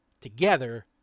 together